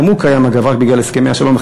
גם הוא קיים, אגב, רק בגלל הסכמי השלום.